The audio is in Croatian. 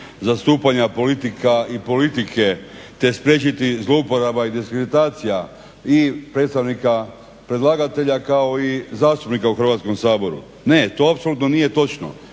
zastupanja politika i politike te spriječiti zlouporaba i diskreditacija i predstavnika predlagatelja kao i zastupnika u Hrvatskom saboru. Ne, to apsolutno nije točno.